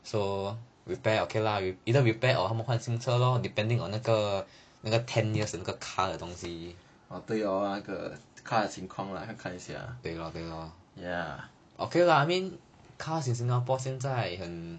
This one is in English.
so repair okay lah either repair or 他们换新车咯 depending on 那个那个 ten years 的那个 car 东西啊对咯对 lor okay lah I mean cars in singapore 现在很